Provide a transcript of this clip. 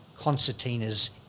concertinas